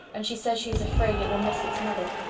and she says she is afraid it will miss its mother,